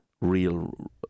real